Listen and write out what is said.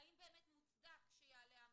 האם באמת מצודק שיעלה המחיר,